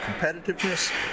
Competitiveness